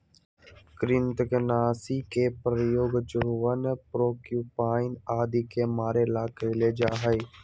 कृन्तकनाशी के प्रयोग चूहवन प्रोक्यूपाइन आदि के मारे ला कइल जा हई